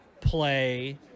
play